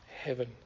heaven